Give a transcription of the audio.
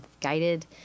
guided